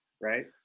right